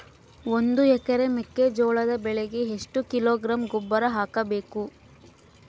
ಒಂದು ಎಕರೆ ಮೆಕ್ಕೆಜೋಳದ ಬೆಳೆಗೆ ಎಷ್ಟು ಕಿಲೋಗ್ರಾಂ ಗೊಬ್ಬರ ಹಾಕಬೇಕು?